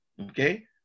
Okay